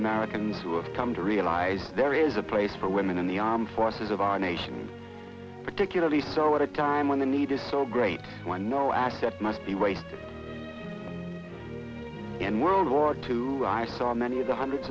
americans who have come to realize there is a place for women in the armed forces of our nation particularly so at a time when the need is so great when no asset must be wasted in world war two i saw many of the hundreds